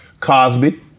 Cosby